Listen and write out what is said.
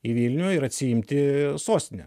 į vilnių ir atsiimti sostinę